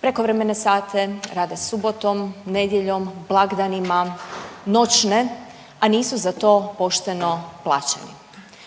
prekovremene sate, rade subotom, nedjeljom, blagdanima, noćne, a nisu za to pošteno plaćeni.